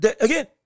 again